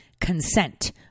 consent